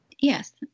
Yes